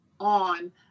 on